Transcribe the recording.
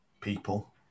people